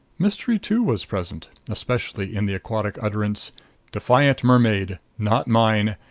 mystery, too, was present, especially in the aquatic utterance defiant mermaid not mine.